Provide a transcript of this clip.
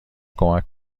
کمک